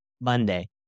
Monday